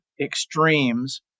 extremes